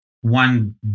one